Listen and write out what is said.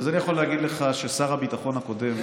אני יכול להגיד לך ששר הביטחון הקודם,